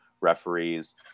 referees